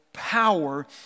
power